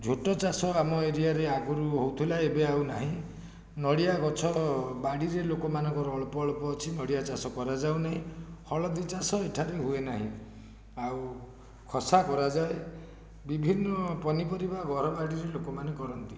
ଝୋଟ ଚାଷ ଆମ ଏରିଆରେ ଆଗରୁ ହେଉଥିଲା ଏବେ ଆଉ ନାହିଁ ନଡ଼ିଆ ଗଛ ବାଡ଼ିରେ ଲୋକମାନଙ୍କର ଅଳ୍ପ ଅଳ୍ପ ଅଛି ନଡ଼ିଆ ଚାଷ କରାଯାଉନି ହଳଦୀ ଚାଷ ଏଠାରେ ହୁଏ ନାହିଁ ଆଉ ଖସା କରାଯାଏ ବିଭିନ୍ନ ପନିପରିବା ଘରବାଡ଼ିରେ ଲୋକମାନେ କରନ୍ତି